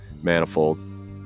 manifold